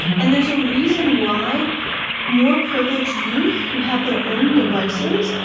and there's a reason why more privileged youth, who have their own devices,